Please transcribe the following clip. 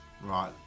right